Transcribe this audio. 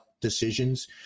Decisions